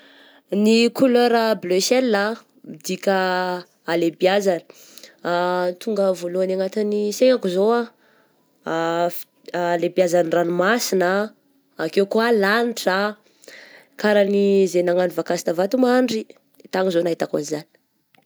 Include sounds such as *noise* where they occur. Ny kolera bleu ciel ah, midika halehibiazagna, *hesitation* tonga voalohany anatin'ny saignako zao ah *hesitation* fi-alehibeazan'ny ranomasigna akeo koa lanitra ah, karaha ny izay nagnano vakansy ta vatomandry, de tany izao nahitako an'izany.